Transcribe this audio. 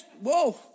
whoa